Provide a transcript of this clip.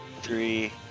three